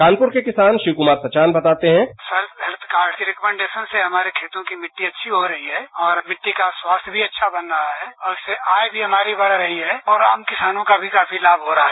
कानपूर के किसान शिवकूमार सचान बताते हैं किसान हेल्थ कार्ड के रिकॉमेंडेशन से हमारे खेतों की मिट्टी अच्छी हो रही है और मिट्टी का स्वास्थ्य भी अच्छा बन रहा है और फिर आय भी हमारी बढ़ रही है और आम किसानों का भी काफी लाभ हो रहा है